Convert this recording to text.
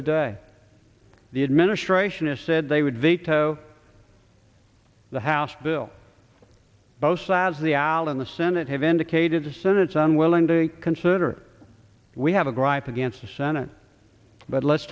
today the administration has said they would veto the house bill both sides the al in the senate have indicated the senate's unwilling to consider we have a gripe against the senate but let's